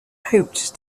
hoped